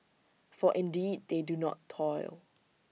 for indeed they do not toil